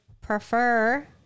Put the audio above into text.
prefer